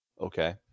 Okay